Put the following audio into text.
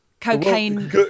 cocaine